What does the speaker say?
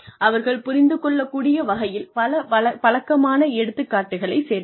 அவர்கள் புரிந்து கொள்ளக்கூடிய வகையில் பல பழக்கமான எடுத்துக்காட்டுகளைச் சேர்க்கவும்